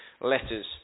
letters